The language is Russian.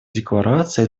декларации